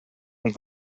non